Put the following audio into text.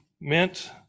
meant